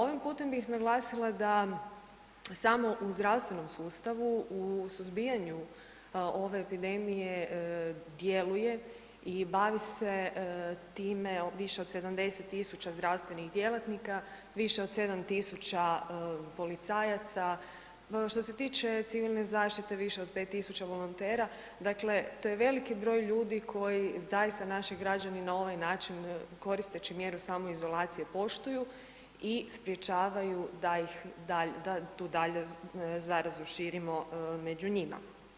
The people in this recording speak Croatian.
Ovim putem bih naglasila da samo u zdravstvenom sustavu u suzbijanju ove epidemije djeluje i bavi se time više od 70 000 zdravstvenih djelatnika, više od 7000 policajaca, što se tiče civilne zaštite više od 5000 volontera, dakle to je veliki broj ljudi koji zaista naši građani na ovaj način koristeći mjeru samoizolacije poštuju u sprječavaju da ih, da tu dalje zarazu širimo među njima.